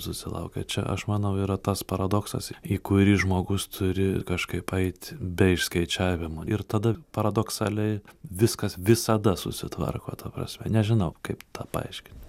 susilaukę čia aš manau yra tas paradoksas į kurį žmogus turi kažkaip ait be išskaičiavimo ir tada paradoksaliai viskas visada susitvarko ta prasme nežinau kaip tą paaiškinti